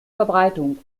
verbreitung